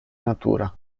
natura